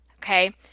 okay